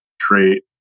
trait